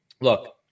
look